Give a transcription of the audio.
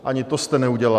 Ani to jste neudělali.